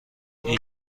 این